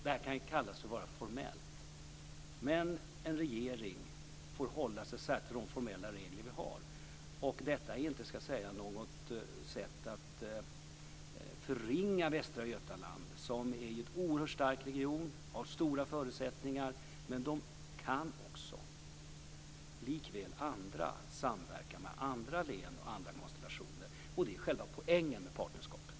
Det kan kallas för att vara formellt, men en regering får hålla sig till de formella regler som finns. Det är inte något sätt att förringa Västra Götaland. Det är en oerhört stark region med stora förutsättningar. Men Västra Götaland kan också, likväl som andra, samverka med andra län och andra konstellationer. Det är själva poängen med partnerskapet.